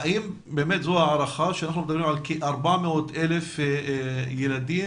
האם אנחנו מדברים על כ-400,000 ילדים